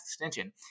extension